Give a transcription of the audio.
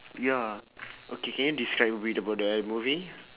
ya okay can you describe a bit about that movie